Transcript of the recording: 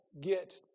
get